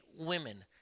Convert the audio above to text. women